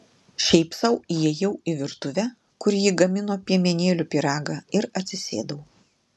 šiaip sau įėjau į virtuvę kur ji gamino piemenėlių pyragą ir atsisėdau